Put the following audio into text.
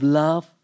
love